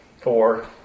Four